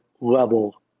level